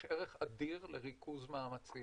יש ערך אדיר לריכוז מאמצים,